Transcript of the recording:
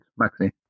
Maxi